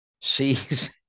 sees